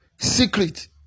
Secret